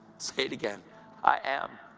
say it again i am